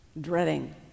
dreading